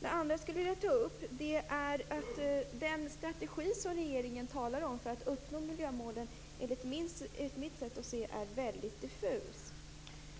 Det andra som jag skulle vilja ta upp är att den strategi för att uppnå miljömålen som regeringen talar om är, enligt mitt sätt att se, väldigt diffus.